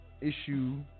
issue